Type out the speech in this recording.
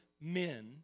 men